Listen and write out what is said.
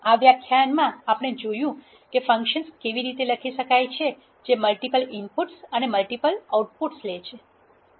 આ વ્યાખ્યાનમાં આપણે જોયું છે કે ફંક્શન્સ કેવી રીતે લખી શકાય જે મલ્ટીપલ ઇનપુટ્સ અને મલ્ટીપલ આઉટપુટ લે છે